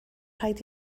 rhaid